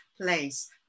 place